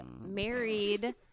married